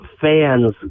fans